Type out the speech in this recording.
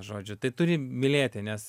žodžiu tai turi mylėti nes